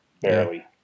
Barely